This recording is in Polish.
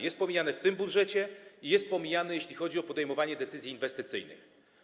Jest pomijane w tym budżecie i jest pomijane, jeśli chodzi o podejmowanie decyzji inwestycyjnych.